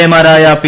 A മാരായ P